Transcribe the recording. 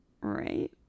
right